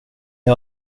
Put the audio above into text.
jag